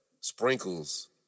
Sprinkles